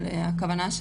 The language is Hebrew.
אבל הכוונה,